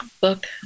book